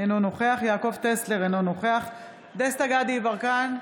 אינו נוכח יעקב טסלר, אינו נוכח דסטה גדי יברקן,